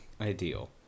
ideal